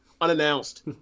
unannounced